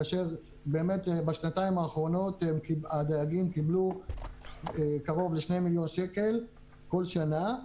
כאשר בשנתיים האחרונות הדייגים קיבלו קרוב לשני מיליון שקלים כל שנה.